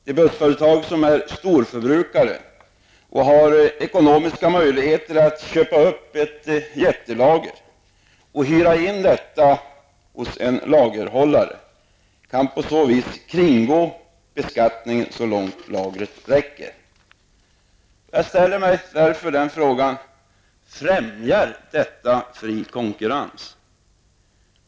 Ett bussföretag som är storförbrukare och som har ekonomiska möjligheter att köpa upp ett jättelager och hyra in detta hos en lagerhållare kan undgå beskattning så länge lagret räcker. Jag ställer frågar: Främjar detta den fria konkurrensen?